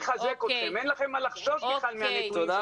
אין לכם מה לחשוש בכלל מהנתונים שמתפרסמים.